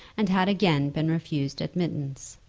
and had again been refused admittance.